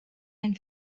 ein